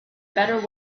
better